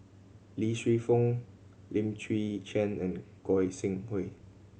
Lee Shu Fen Lim Chwee Chian and Goi Seng Hui